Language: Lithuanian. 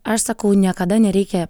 aš sakau niekada nereikia